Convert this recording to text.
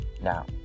Now